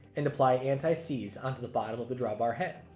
and apply anti-seize onto the bottom of the drawbar head.